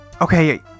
Okay